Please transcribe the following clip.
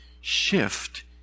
shift